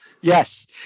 Yes